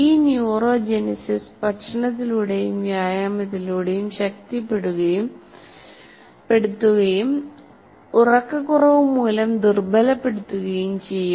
ഈ ന്യൂറോജെനിസിസ് ഭക്ഷണത്തിലൂടെയും വ്യായാമത്തിലൂടെയും ശക്തിപ്പെടുത്തുകയും ഉറക്കക്കുറവ് മൂലം ദുർബലപ്പെടുത്തുകയും ചെയ്യും